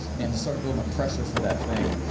and just sort building up pressure for that thing.